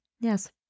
Yes